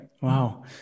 Wow